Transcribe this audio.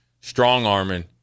strong-arming